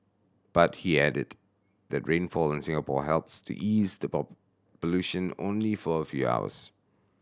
but he added that rainfall in Singapore helps to ease the pollution only for a few hours